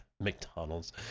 McDonald's